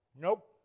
Nope